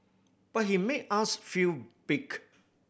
but he made us feel big